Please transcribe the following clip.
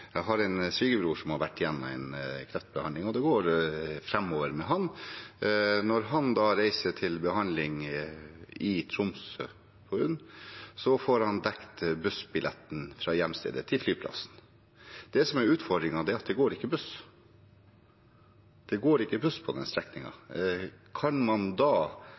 Jeg har en svigerbror som har vært gjennom en kreftbehandling, og det går framover med ham. Når han reiser til behandling i Tromsø på UNN, får han dekket bussbilletten fra hjemstedet til flyplassen. Det som er utfordringen, er at det går ikke buss. Det går ikke buss på den strekningen. Kan man